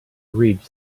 read